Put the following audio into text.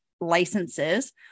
licenses